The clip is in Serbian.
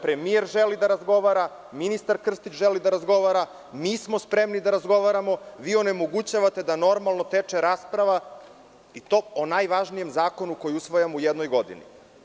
Premijer želi da razgovara, ministar Krstić želi da razgovara, mi smo spremni da razgovaramo, vi onemogućavate da normalno teče rasprava, i to o najvažnijem zakonu koji usvajamo u jednoj godini.